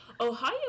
Ohio